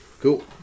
Cool